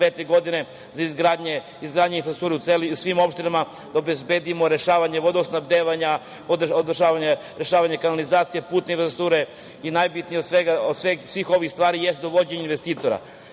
godine za izgradnju infrastrukture u svim opštinama obezbedimo rešavanje vodosnabdevanja, rešavanje kanalizacije, putne infrastrukture i najbitnije od svih ovih stvari jeste dovođenje investitora. Još